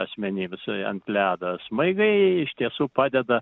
asmenims ant ledo smaigai iš tiesų padeda